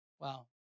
Wow